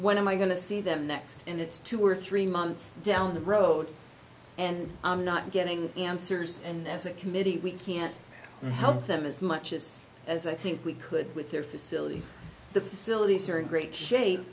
when am i going to see them next and it's two or three months down the road and i'm not getting the answers and as a committee we can't help them as much as as i think we could with their facilities the facilities are in great shape